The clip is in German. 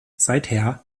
seither